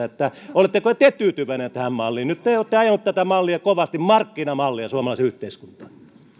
oletteko te tyytyväinen tähän malliin nyt te te olette ajaneet tätä mallia kovasti markkinamallia suomalaiseen yhteiskuntaan